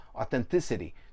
authenticity